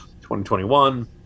2021